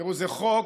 תראו, זה חוק,